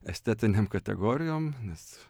estetinėm kategorijom nes